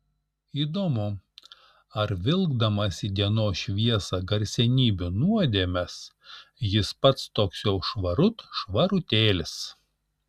įdomu ar vilkdamas į dienos šviesą garsenybių nuodėmes jis pats toks jau švarut švarutėlis